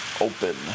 open